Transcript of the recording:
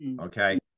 Okay